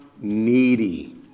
needy